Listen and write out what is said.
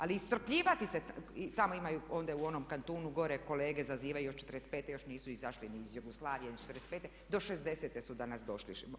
Ali iscrpljivati se, tamo imaju ondje u onom kantunu gore kolege zazivaju još '45. još nisu izašli ni iz Jugoslavije ni iz '45., do '60.-te su danas došli.